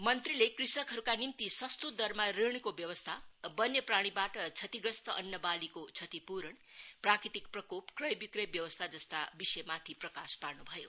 मन्त्रीले कृषकहरुका निम्ति सस्तो दरमा ऋणको व्यवस्था वन्यप्राणीवाट क्षतिग्रस्त अन्नवालीको क्षतिपूरण प्राकृतिक प्रकोप क्रयविक्रय व्यवस्था जस्ता विषयमाथि प्रकाश पार्नु भयो